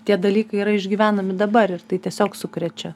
tie dalykai yra išgyvenami dabar tai tiesiog sukrečia